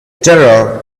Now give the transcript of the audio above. terror